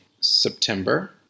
September